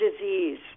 disease